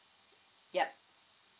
yup